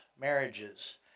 marriages